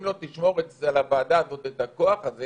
אם לא, תשמור לוועדה הזאת את הכוח הזה